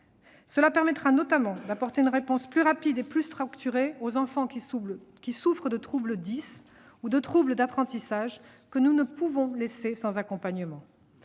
Cela permettra notamment d'apporter une réponse plus rapide et plus structurée aux enfants qui souffrent de troubles dys ou de troubles de l'apprentissage, que nous ne pouvons laisser sans accompagnement.